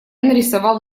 нарисовал